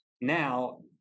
now